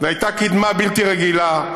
זו הייתה קדמה בלתי רגילה.